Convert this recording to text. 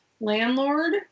landlord